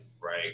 right